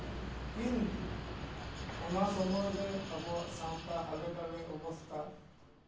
ᱠᱤᱱᱛᱩ ᱚᱱᱟ ᱥᱚᱢᱚᱭ ᱨᱮ ᱟᱵᱚᱣᱟᱜ ᱥᱟᱶᱛᱟ ᱦᱟᱞᱮ ᱰᱟᱞᱮ ᱚᱵᱚᱥᱛᱷᱟ